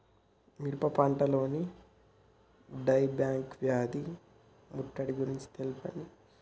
మిరప పంటలో die back వ్యాధి ముట్టడి గురించి తెల్పండి?